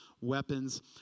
weapons